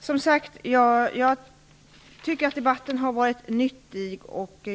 tycker som sagt att debatten har varit nyttig.